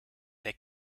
der